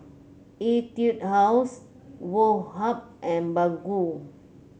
Etude House Woh Hup and Baggu